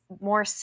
more